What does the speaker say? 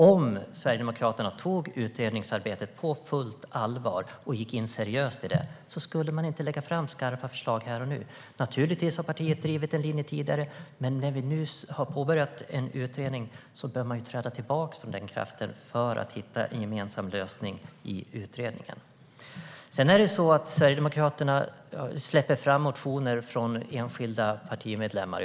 Om Sverigedemokraterna tog utredningsarbetet på fullt allvar och gick in seriöst i det skulle man inte lägga fram skarpa förslag här och nu. Naturligtvis har partiet drivit en linje tidigare, men när vi nu har påbörjat en utredning behöver man ju träda tillbaka från den kraften för att hitta en gemensam lösning i utredningen. Sedan är det så att Sverigedemokraterna släpper fram motioner från enskilda partimedlemmar.